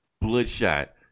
Bloodshot